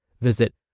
Visit